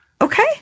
Okay